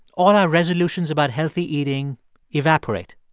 all our resolutions about healthy eating evaporate.